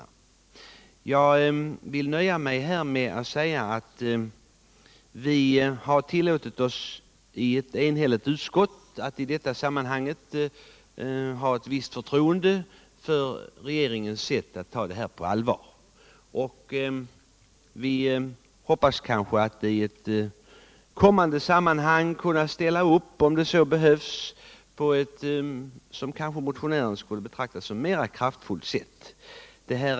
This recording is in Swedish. Vi har i ett enhälligt utskott tillåtit oss att i detta sammanhang hysa ett visst förtroende för att regeringen skall ta det här på allvar. Vi hoppas att i ett kommande sammanhang, om så behövs, kunna ställa upp på ott sätt som motionären kanske skulle betrakta som mera kraftfullt.